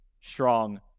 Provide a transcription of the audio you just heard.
strong